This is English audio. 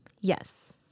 Yes